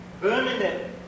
Birmingham